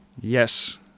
Yes